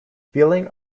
feeling